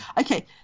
Okay